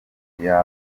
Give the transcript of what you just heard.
mourinho